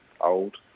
old